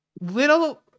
Little